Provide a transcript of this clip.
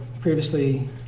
previously